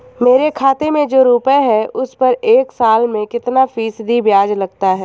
मेरे खाते में जो रुपये हैं उस पर एक साल में कितना फ़ीसदी ब्याज लगता है?